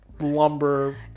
lumber